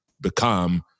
become